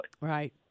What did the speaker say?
Right